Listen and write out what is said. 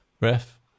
ref